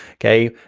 okay?